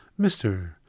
Mr